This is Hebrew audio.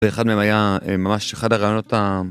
ואחד מהם היה ממש אחד הרעיונות ה...